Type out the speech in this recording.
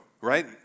right